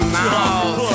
mouth